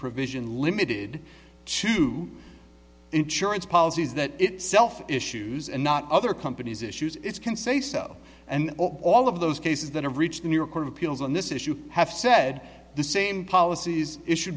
provision limited to insurance policies that itself issues and not other companies issues can say so and all of those cases that have reached the new york court of appeals on this issue have said the same policies issue